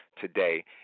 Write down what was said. today